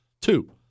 Two